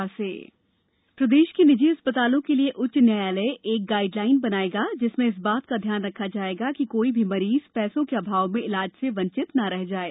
निजी अस्पताल हाईकोर्ट प्रदेश के निजी अस्पतालों के लिए उच्च न्यायालय एक गाइडलाइन्स बनायेगा जिसमें इस बात का ध्यान रखा जायेगा कि कोई भी मरीज पैसों के अभाव में इलाज से वंचित न रह जाये